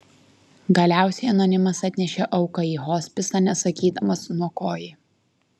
galiausiai anonimas atnešė auką į hospisą nesakydamas nuo ko ji